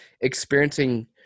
experiencing